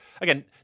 Again